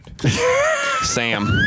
Sam